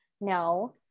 No